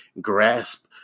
grasp